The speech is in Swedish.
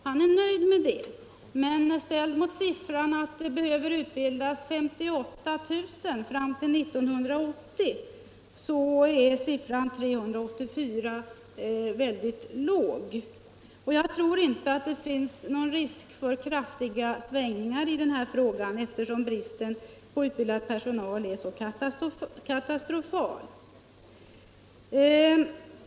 Han är nöjd 17 april 1975 med det. Men ställd mot siffran 58 000, som skulle behöva utbildas fram =— till år 1980, är siffran 384 synnerligen låg. Jag tror inte att det finns = Anslag till lärarutnågon risk för kraftiga svängningar i den här frågan, eftersom bristen = bildning på utbildad personal är så katastrofal.